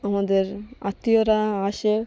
আমাদের আত্মীয়রা আসে